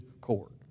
court